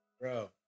Bro